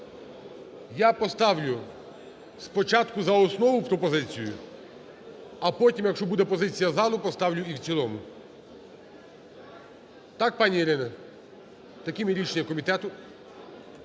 Я поставлю спочатку за основу пропозицію, а потім, якщо буде позиція залу, поставлю і в цілому. Так, пані Ірино? Таким є рішення комітету.